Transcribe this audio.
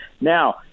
Now